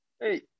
Hey